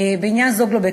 בעניין "זוגלובק",